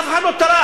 אף אחד לא טרח,